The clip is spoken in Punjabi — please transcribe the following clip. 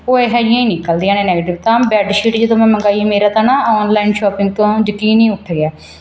ਉਹ ਇਹੋ ਜਿਹੀਆਂ ਹੀ ਨਿਕਲਦੀਆਂ ਨੇ ਨੈਗੇਟਿਵ ਤਾਂ ਬੈਡ ਸ਼ੀਟ ਜਦੋਂ ਮੈਂ ਮੰਗਾਈ ਮੇਰਾ ਤਾਂ ਨਾ ਔਨਲਾਈਨ ਸ਼ੋਪਿੰਗ ਤੋਂ ਯਕੀਨ ਹੀ ਉੱਠ ਗਿਆ